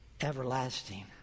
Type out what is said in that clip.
everlasting